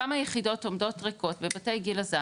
כמה יחידות עומדות ריקות בבתי גיל הזהב,